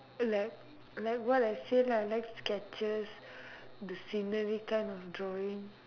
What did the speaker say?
like like what I say lah I like sketches the scenery kind of drawing